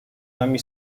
nami